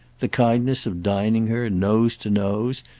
the kindness of dining her, nose to nose,